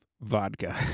vodka